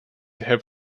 herr